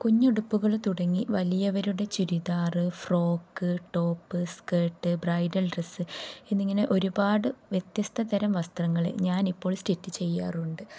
കുഞ്ഞുടുപ്പുകള് തുടങ്ങി വലിയവരുടെ churidar frock top skirt bridal dress എന്നിങ്ങനെ ഒരുപാടു വ്യത്യസ്തതരം വസ്ത്രങ്ങള് ഞാനിപ്പോൾ സ്റ്റിച്ച് ചെയ്യാറുണ്ട്